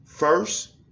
first